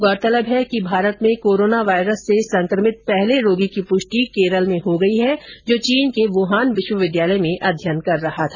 गौरतलब है कि भारत में कोरोना वायरस से संक्रमित पहले रोगी की पुष्टि केरल में हो गई है जो चीन के वुहान विश्वविद्यालय में अध्ययन कर रहा था